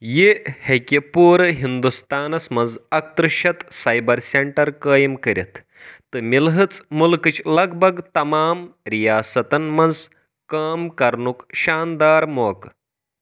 یہِ ہٮ۪کہِ پوٗرٕ ہندوستانَس منٛز اَکہٕ ترٕٛہ شیٚتھ سائبر سینٹر قٲیِم کٔرِتھ تہٕ مِلہٕژھ مُلکٕچ لَگ بَگ تمام ریاستَن منٛز کام کرنُک شاندار موقعہٕ